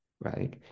right